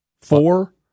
four